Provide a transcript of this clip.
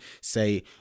say